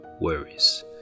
worries